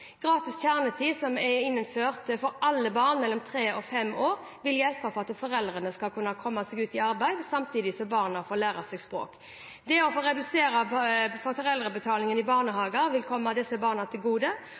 Gratis kjernetid, som er innført for alle barn mellom tre og fem år, vil bidra til at foreldrene kan komme seg ut i arbeid, samtidig som barna får lære seg språk. Det å redusere foreldrebetalingen i barnehager vil komme disse barna til gode,